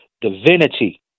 divinity